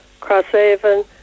Crosshaven